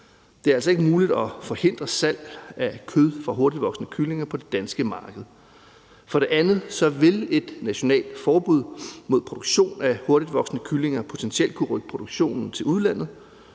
Det er altså ikke muligt at forhindre salg af kød fra hurtigtvoksende kyllinger på det danske marked. For det andet vil et nationalt forbud mod produktion af hurtigtvoksende kyllinger potentielt kunne rykke produktionen til udlandet.